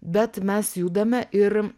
bet mes judame ir